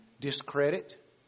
discredit